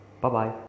Bye-bye